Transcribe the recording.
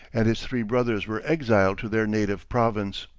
and his three brothers were exiled to their native province.